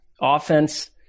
offense